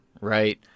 right